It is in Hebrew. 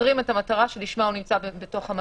סותרים את המטרה שלשמה הוא נמצא בבית המלון.